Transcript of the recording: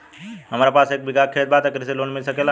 हमरा पास एक बिगहा खेत बा त कृषि लोन मिल सकेला?